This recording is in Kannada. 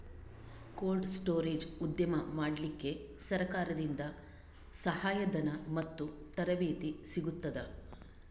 ಕೋಲ್ಡ್ ಸ್ಟೋರೇಜ್ ಉದ್ಯಮ ಮಾಡಲಿಕ್ಕೆ ಸರಕಾರದಿಂದ ಸಹಾಯ ಧನ ಮತ್ತು ತರಬೇತಿ ಸಿಗುತ್ತದಾ?